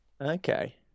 Okay